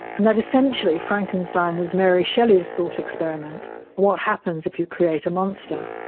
and that essentially frankenstein was mary shelley's thought experiment and what happens if you create a monster,